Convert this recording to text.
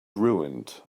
ruined